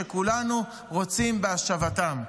שכולנו רוצים בהשבתם.